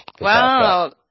Wow